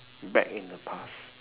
back in the past